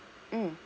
mm